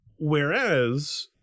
Whereas